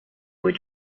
were